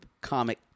comic